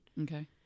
Okay